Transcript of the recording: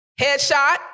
headshot